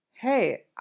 Hey